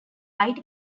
light